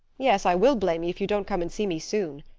yes, i will blame you if you don't come and see me soon.